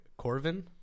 Corvin